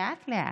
לאט-לאט,